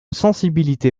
sensibilité